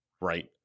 right